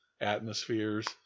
atmospheres